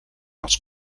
els